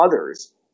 others